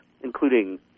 including